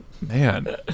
man